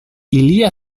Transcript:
ilia